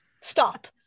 stop